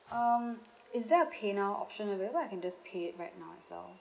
um is there a paynow option available I can just pay it right now as well